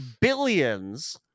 Billions